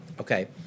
okay